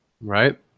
Right